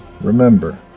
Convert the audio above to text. remember